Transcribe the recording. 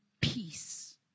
peace